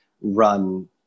run